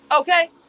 Okay